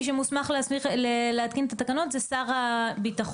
מי שמוסמך להתקין את התקנות זה שר הביטחון.